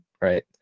right